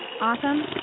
awesome